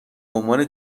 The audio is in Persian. عنوان